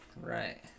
Right